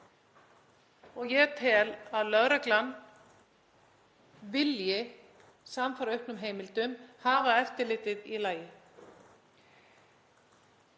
Ég tel að lögreglan vilji, samfara auknum heimildum, hafa eftirlitið í lagi.